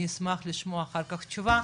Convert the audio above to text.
אני אשמח לשמוע אח"כ תשובה,